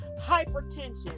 hypertension